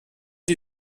sie